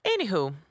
anywho